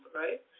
right